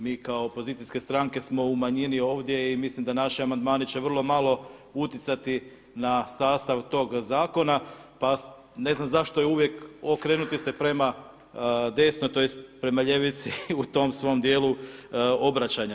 Mi kao opozicijske stranke smo u manjini ovdje i mislim da naši amandmani će vrlo malo utjecati na sastav tog zakona pa ne znam zašto uvijek okrenuti ste prema desno, tj. prema ljevici u tom svom dijelu obraćanja.